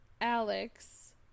Alex